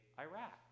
Iraq